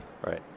Right